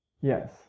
yes